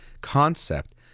concept